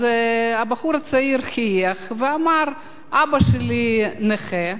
הבחור הצעיר חייך ואמר: אבא שלי נכה,